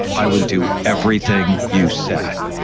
i would do everything you said.